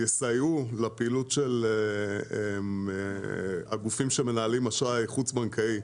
שיסייעו לפעילות של הגופים שמנהלים אשראי חוץ-בבנקאי,